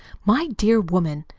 my dear woman,